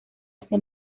ese